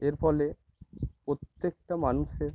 এর ফলে প্রত্যেকটা মানুষের